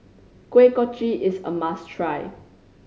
Kuih Kochi is a must try